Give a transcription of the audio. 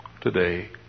today